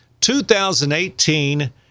2018